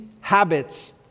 habits